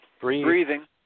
Breathing